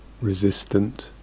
resistant